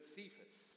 Cephas